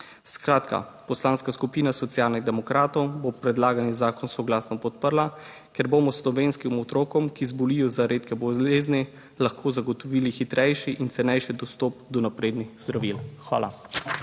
Skratka, Poslanska skupina Socialnih demokratov bo predlagani zakon soglasno podprla, ker bomo slovenskim otrokom, ki zbolijo za redke bolezni, lahko zagotovili hitrejši in cenejši dostop do naprednih zdravil. Hvala.